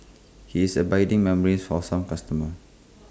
he has abiding memories for some customers